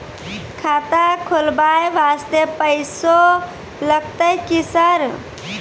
खाता खोलबाय वास्ते पैसो लगते की सर?